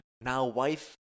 now-wife